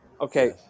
Okay